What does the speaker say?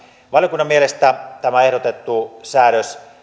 valiokunnan mielestä tämä ehdotettu säädös